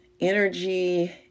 energy